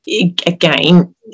again